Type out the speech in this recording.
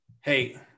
Hey